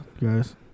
guys